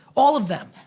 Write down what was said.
all of them.